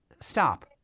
stop